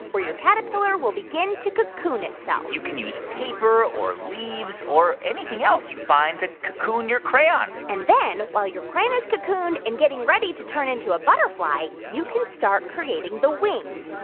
your caterpillar will begin to put cocoon itself you can use paper or leaves or anything else you find to cocoon your crayon and then while your crayon is cocooned and getting ready to turn into a butterfly, you can start creating the wings.